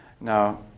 Now